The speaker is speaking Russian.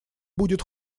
будет